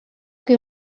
que